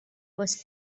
was